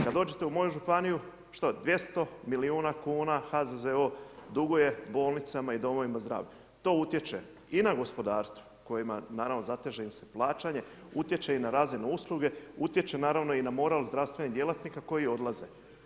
Kad dođete u moju županiju, što, 200 000 milijuna kuna HZZO duguje bolnicama i domovima zdravlja, to utječe i na gospodarstvo kojima naravno, zateže im se plaćanje, utječe i na razinu usluge, utječe naravno i na moral zdravstvenih djelatnika koji odlaze.